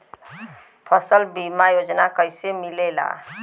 फसल बीमा योजना कैसे मिलेला?